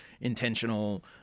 intentional